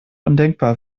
undenkbar